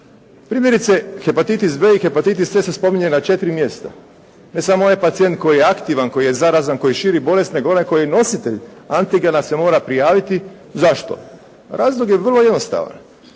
Primjerice hepatitis B i hepatitis C se spominje na 4 mjesta. Ne samo onaj pacijent koji je aktivan, koji je zarazan, koji širi bolest nego onaj koji je nositelj antigena se mora prijaviti. Zašto? Razlog je vrlo jednostavan.